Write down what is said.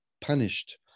punished